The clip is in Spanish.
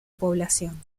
población